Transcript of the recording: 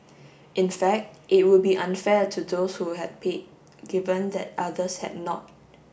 in fact it would be unfair to those who had paid given that others had not